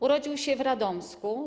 Urodził się w Radomsku.